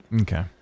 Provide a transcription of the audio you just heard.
Okay